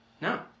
No